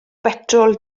betrol